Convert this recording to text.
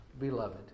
beloved